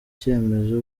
icyemezo